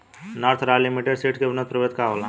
North Royal Limited Seeds के उन्नत प्रभेद का होला?